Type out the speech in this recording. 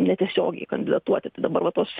netiesiogiai kandidatuoti tai dabar va tuos